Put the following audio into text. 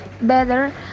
better